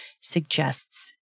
suggests